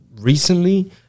recently